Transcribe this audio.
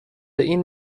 این